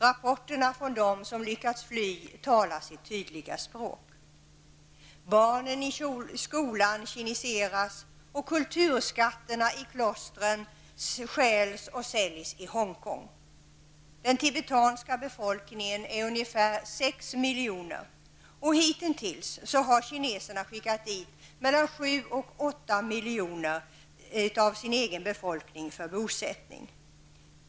Rapporterna från dem som lyckats fly talar sitt tydliga språk. Barnen i skolan kiniseras, och kulturskatterna i klostren stjäls och säljs i Hongkong. Den tibetanska befolkningen är ungefär sex miljoner, och hittills har kineserna skickat dit mellan sju och åtta miljoner av sin egen befolkning för bosättning.